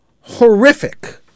Horrific